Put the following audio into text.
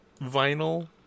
vinyl